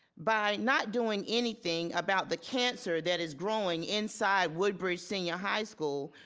by not doing anything about the cancer that is growing inside woodbridge senior high school,